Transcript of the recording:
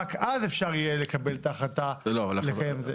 רק אז יהיה אפשר לקבל את ההחלטה לקיים ב-זום.